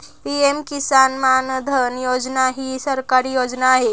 PM Kisan Maandhan Yojana ही सरकारी योजना आहे